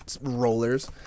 rollers